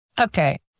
okay